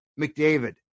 McDavid